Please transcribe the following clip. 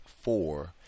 four